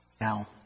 Now